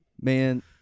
Man